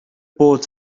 bod